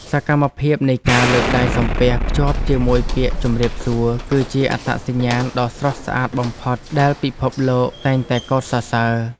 សកម្មភាពនៃការលើកដៃសំពះភ្ជាប់ជាមួយពាក្យជម្រាបសួរគឺជាអត្តសញ្ញាណដ៏ស្រស់ស្អាតបំផុតដែលពិភពលោកតែងតែកោតសរសើរ។